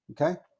Okay